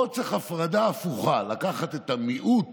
פה צריך הפרדה הפוכה: לקחת את המיעוט